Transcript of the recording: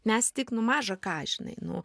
mes tik nu maža ką žinai nu